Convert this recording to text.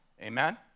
Amen